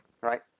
right